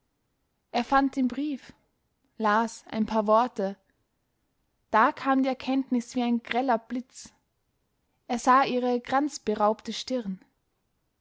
er fand den brief las ein paar worte da kam die erkenntnis wie ein greller blitz er sah ihre kranzberaubte stirn